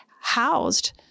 housed